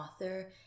author